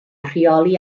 rheoli